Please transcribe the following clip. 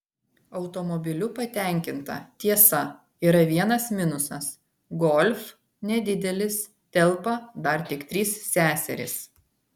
automobiliu patenkinta tiesa yra vienas minusas golf nedidelis telpa dar tik trys seserys